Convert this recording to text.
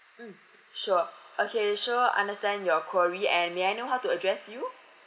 mmhmm sure okay sure understand your query and may I know how to address you